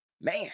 Man